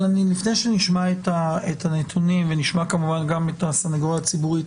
אבל לפני שנשמע את הנתונים ונשמע כמובן גם את הסנגוריה הציבורית,